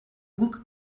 guk